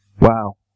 Wow